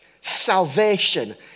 salvation